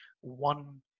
one